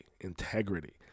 integrity